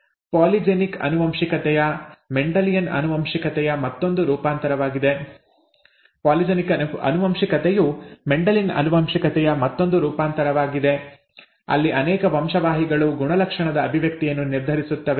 polygenic ಆನುವಂಶಿಕತೆಯು Mendelian ಆನುವಂಶಿಕತೆಯ ಮತ್ತೊಂದು ರೂಪಾಂತರವಾಗಿದೆ ಅಲ್ಲಿ ಅನೇಕ ವಂಶವಾಹಿಗಳು ಗುಣಲಕ್ಷಣದ ಅಭಿವ್ಯಕ್ತಿಯನ್ನು ನಿರ್ಧರಿಸುತ್ತವೆ